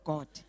God